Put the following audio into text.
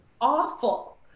awful